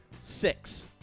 Six